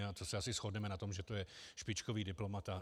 A to se asi shodneme na tom, že to je špičkový diplomat.